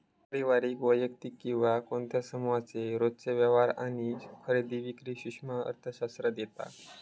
पारिवारिक, वैयक्तिक किंवा कोणत्या समुहाचे रोजचे व्यवहार आणि खरेदी विक्री सूक्ष्म अर्थशास्त्रात येता